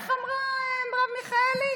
איך אמרה מרב מיכאלי?